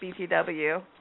BTW